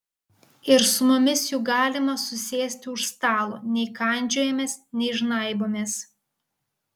ir su mumis juk galima susėsti už stalo nei kandžiojamės nei žnaibomės